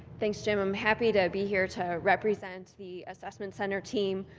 thanks, jim. i'm happy to be here to represent the assessment center team.